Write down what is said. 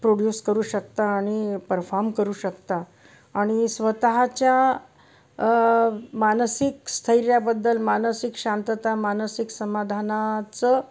produce करू शकता आणि परफॉर्म करू शकता आणि स्वतःच्या मानसिक स्थैर्याबद्दल मानसिक शांतता मानसिक समाधानाचं